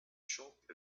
shop